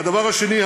הדבר השני,